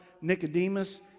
Nicodemus